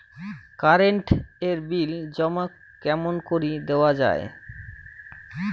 Current এর bill জমা কেমন করি দেওয়া যায়?